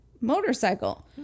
motorcycle